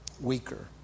weaker